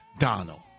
Donald